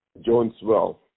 Jonesville